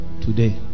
today